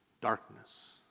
darkness